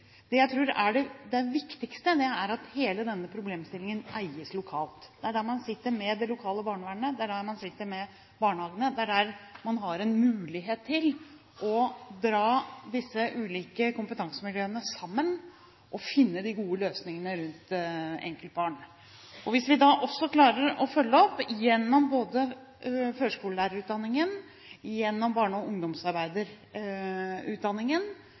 det jeg tror er det viktigste, er at hele denne problemstillingen eies lokalt. Det er der man sitter med det lokale barnevernet, det er der man sitter med barnehagene, det er der man har en mulighet til å dra disse ulike kompetansemiljøene sammen og finne de gode løsningene rundt enkeltbarn. Hvis vi da også klarer å følge opp gjennom førskolelærerutdanningen, gjennom barne- og ungdomsarbeiderutdanningen,